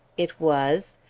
it was,